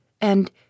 and